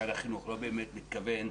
ששר החינוך לא באמת מתכוון,